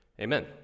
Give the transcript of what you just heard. Amen